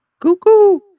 Cuckoo